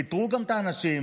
פיטרו את האנשים,